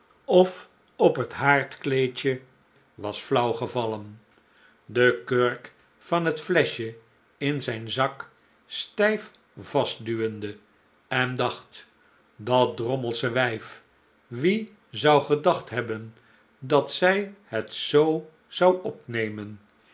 of op het haardkleedje was flauw gevallen de kurk van het fleschje in zijn zak stijf vastduwde en dacht dat drommelsche wijf wie zou gedacht hebben dat zij het zoo zou opnemen